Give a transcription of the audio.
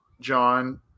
John